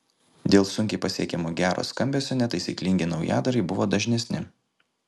dėl sunkiai pasiekiamo gero skambesio netaisyklingi naujadarai buvo dažnesni